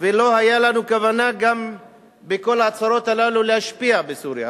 ולא היתה לנו כוונה גם בכל ההצהרות הללו להשפיע בסוריה.